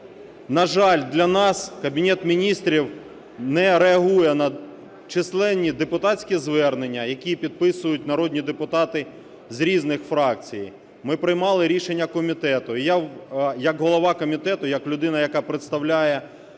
на жаль, для нас Кабінет Міністрів не реагує на численні депутатські звернення, які підписують народні депутати з різних фракцій. Ми приймали рішення комітету, і я як голова комітету, як людина, яка представляє